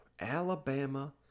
Alabama